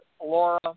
Laura